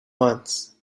months